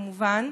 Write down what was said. כמובן,